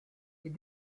est